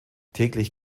täglich